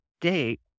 date